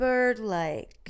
Bird-like